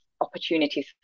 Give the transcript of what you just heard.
opportunities